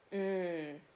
mm